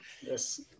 Yes